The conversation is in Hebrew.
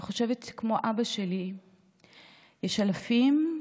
אני חושבת שכמו אבא שלי יש אלפים,